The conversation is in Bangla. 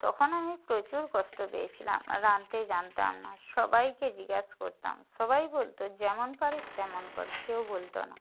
তখন আমি প্রচুর কষ্ট পেয়েছিলাম রাঁধতে জানতাম না সবাইকে জিজ্ঞাসা করতাম সবাই বলত যেমন পারিস তেমন কর কেউ বলত না